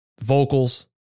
Vocals